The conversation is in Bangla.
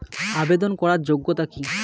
আবেদন করার যোগ্যতা কি?